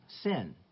sin